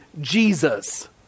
Jesus